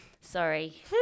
Sorry